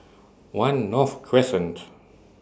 one North Crescent